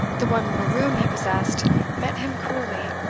the one little room he possessed met him cruelly,